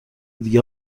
دیگه